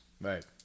Right